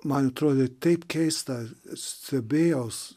man atrodė taip keista stebėjaus